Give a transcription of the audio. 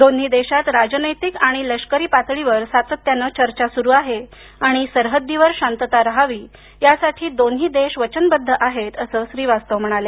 दोन्ही देशात राजनैतिक आणि लष्करी पातळीवर सातत्यानं चर्चा सुरू आहे आणि सरहद्दीवर शातंता रहावी यासाठी दोन्ही देश वचनबद्ध आहे असं श्रीवास्तव म्हणाले